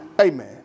Amen